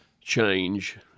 change